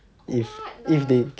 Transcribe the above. what the